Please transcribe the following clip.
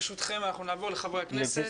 ברשותכם, אנחנו נעבור לחברי הכנסת.